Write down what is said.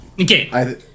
Okay